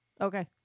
Okay